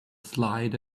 slide